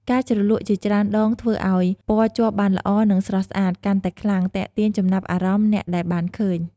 ការជ្រលក់ជាច្រើនដងធ្វើអោយ ពណ៌ជាប់បានល្អនិង ស្រស់ស្អាត កាន់តែខ្លាំង ទាក់ទាញចំណាប់អារម្មណ៍អ្នកដែលបានឃើញ។